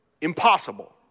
impossible